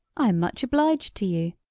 i am much obliged to you,